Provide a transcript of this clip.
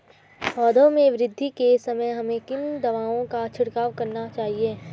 पौधों में वृद्धि के समय हमें किन दावों का छिड़काव करना चाहिए?